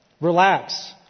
relax